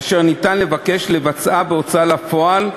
אשר ניתן לבקש לבצעה בהוצאה לפועל,